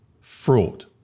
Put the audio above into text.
fraud